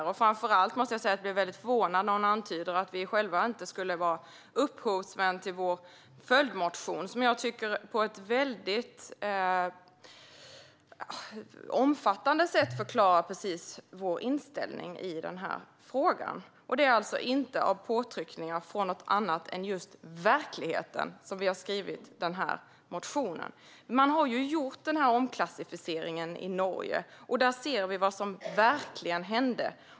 Jag blev framför allt förvånad när hon antydde att vi själva inte skulle vara upphovsmän till vår följdmotion, som enligt min mening på ett omfattande sätt förklarar vår inställning i frågan. Den har inte skrivits på grund av påtryckningar från något annat än verkligheten. Den här omklassificeringen har ju gjorts i Norge, och där kan vi se vad som faktiskt hände.